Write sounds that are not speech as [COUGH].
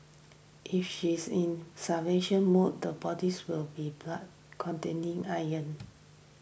if she is in [UNINTELLIGIBLE] mode the body's will be blood contains iron